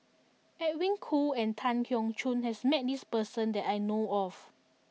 Edwin Koo and Tan Keong Choon has met this person that I know of